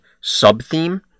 sub-theme